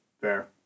Fair